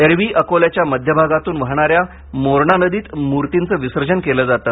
एरवी अकोल्याच्या मध्यभागातून वाहणाऱ्या मोरणा नदीत मूर्तींचं विसर्जन केलं जातं